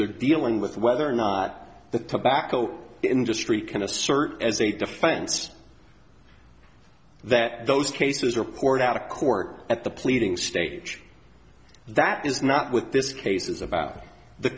are dealing with whether or not the tobacco industry can assert as a defense that those cases are poured out of court at the pleading stage that is not with this case is about the